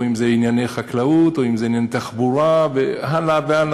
או אם זה ענייני חקלאות או אם זה עניין תחבורה והלאה והלאה,